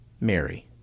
Mary